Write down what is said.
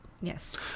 yes